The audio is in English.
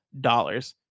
dollars